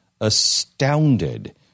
astounded